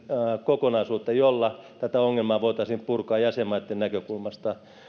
kokonaisuutta jolla tätä ongelmaa voitaisiin purkaa jäsenmaitten näkökulmasta